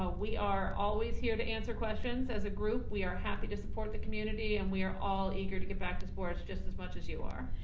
ah we are always here to answer questions as a group, we are happy to support the community and we are all eager to get back to sports just as much you are.